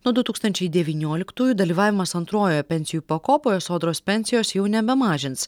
nuo du tūkstančiai devynioliktųjų dalyvavimas antrojoje pensijų pakopoje sodros pensijos jau nebemažins